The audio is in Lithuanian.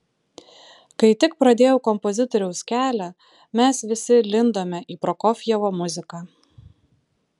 kai tik pradėjau kompozitoriaus kelią mes visi lindome į prokofjevo muziką